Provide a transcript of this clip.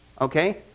okay